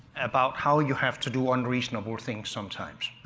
about how you have to do unreasonable things sometimes.